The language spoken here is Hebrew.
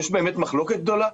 יש באמת מחלוקת גדולה?